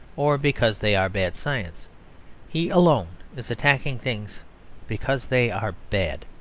or because they are bad science he alone is attacking things because they are bad.